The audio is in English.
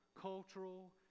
cultural